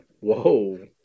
Whoa